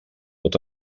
pot